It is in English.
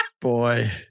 Boy